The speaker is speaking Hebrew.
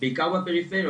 בעיקר בפריפריה.